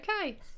okay